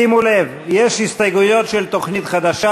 שימו לב, יש הסתייגויות של תוכנית חדשה.